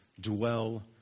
dwell